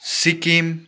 Sikkim